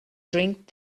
drink